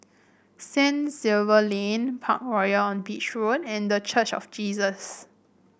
Saint Xavier's Lane Parkroyal on Beach Road and The Church of Jesus